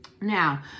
now